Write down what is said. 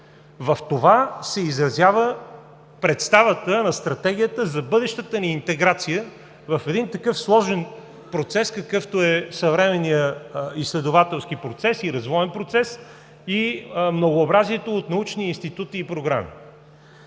В това се изразява представата на Стратегията за бъдещата ни интеграция в един такъв сложен процес, какъвто е съвременният изследователски и развоен процес, и многообразието от научни институти и програми.